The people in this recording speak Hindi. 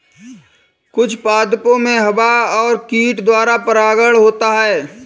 कुछ पादपो मे हवा और कीट द्वारा परागण होता है